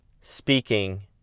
speaking